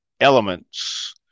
elements